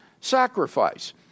sacrifice